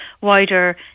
wider